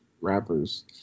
rappers